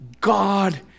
God